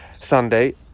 Sunday